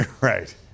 Right